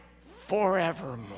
forevermore